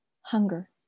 hunger